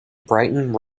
brighton